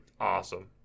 awesome